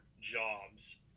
jobs